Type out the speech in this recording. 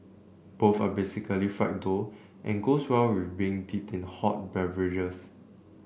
both are basically fried dough and goes well with being dipped in hot beverages